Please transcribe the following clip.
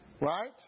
Right